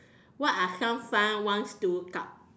what are some fun ones to look up